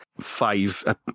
five